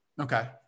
Okay